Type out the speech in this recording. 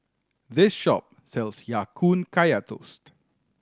this shop sells Ya Kun Kaya Toast